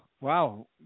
wow